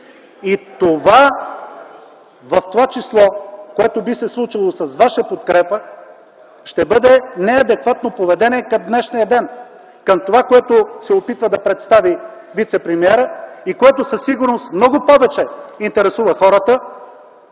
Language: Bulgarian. в това число, което би се случило с Ваша подкрепа, ще бъде неадекватно поведение към днешния ден, към това, което се опитва да представи вицепремиерът и което със сигурност много повече интересува хората,